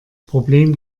problem